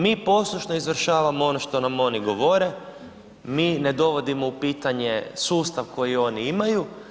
Mi poslušno izvršavamo ono što nam oni govore, mi ne dovodimo u pitanje sustav koji oni imaju.